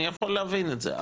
אני יכול להבין את זה.